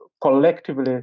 collectively